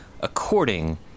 according